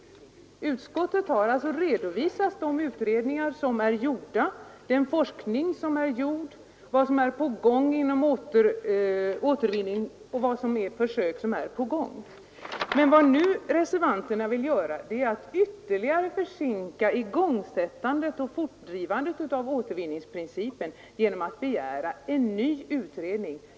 Utskottet har redovisat de utredningar som är gjorda, den forskning som har bedrivits, vad som är på gång och vilka försök som görs i återvinningsfrågan. Men reservanterna vill nu ytterligare försinka återvinningsprincipens tillämpning genom att begära en ny utredning.